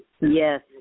Yes